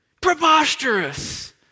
Preposterous